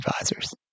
Advisors